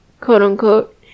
quote-unquote